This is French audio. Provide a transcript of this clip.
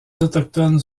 autochtones